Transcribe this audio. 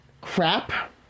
Crap